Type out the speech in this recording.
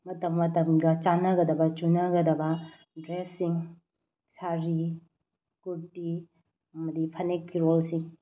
ꯃꯇꯝ ꯃꯇꯝꯒ ꯆꯥꯟꯅꯒꯗꯕ ꯆꯨꯅꯒꯗꯕ ꯗ꯭ꯔꯦꯁꯁꯤꯡ ꯁꯥꯔꯤ ꯀꯨꯔꯇꯤ ꯑꯃꯗꯤ ꯐꯅꯦꯛ ꯐꯤꯔꯣꯜꯁꯤ